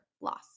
loss